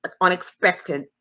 unexpected